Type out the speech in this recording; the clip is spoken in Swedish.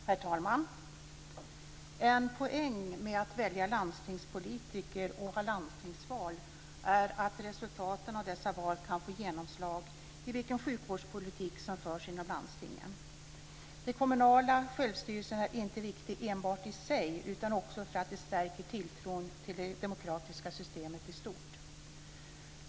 Herr talman! En poäng med att välja landstingspolitiker och att ha landstingsval är att resultaten av dessa val kan få genomslag i den sjukvårdspolitik som förs inom landstingen. Den kommunala självstyrelsen är inte viktig enbart i sig utan också för att den stärker tilltron till det demokratiska systemet i stort.